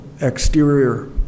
exterior